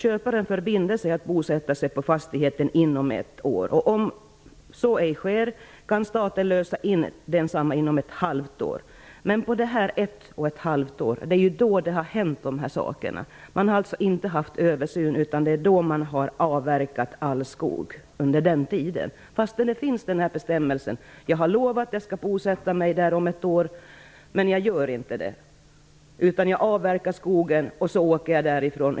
Köparen förbinder sig att bosätta sig på fastigheten inom ett år. Om så ej sker kan staten lösa in densamma inom ett halvt år. Men det är under dessa ett och ett halvt år som de här sakerna har hänt. Det har alltså inte funnits översyn, och det är då man har avverkat all skog, fastän bestämmelsen finns. Jag har lovat att jag skall bosätta mig där om ett år. Men jag gör inte det, utan jag avverkar skogen och åker därifrån.